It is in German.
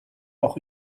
auch